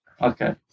Okay